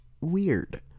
weird